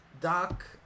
Doc